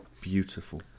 Beautiful